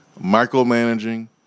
micromanaging